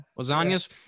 Lasagna's